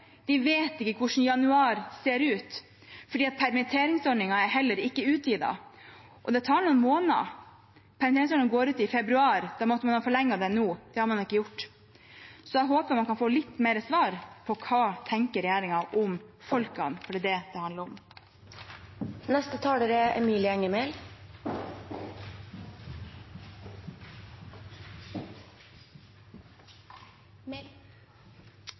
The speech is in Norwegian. De vet ikke hvordan januar ser ut, for permitteringsordningen er heller ikke utvidet, det tar noen måneder, permitteringsordningen går ut i februar, da måtte man ha forlenget den nå, og det har man ikke gjort. Jeg håper man kan få litt mer svar på hva regjeringen tenker om de folkene, for det er det det handler